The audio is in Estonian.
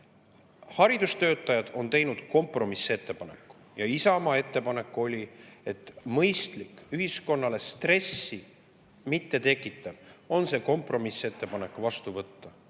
Haridustöötajad on teinud kompromissettepaneku ja Isamaa ettepanek oli, et mõistlik ja ühiskonnale stressi mittetekitav oleks see kompromissettepanek vastu võtta.